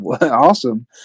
awesome